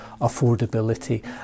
affordability